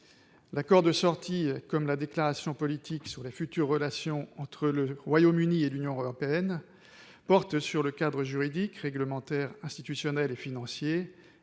L'accord de sortie comme la déclaration politique sur la future relation entre le Royaume-Uni et l'Union européenne portent sur le cadre juridique, réglementaire, institutionnel et financier,